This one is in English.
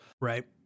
Right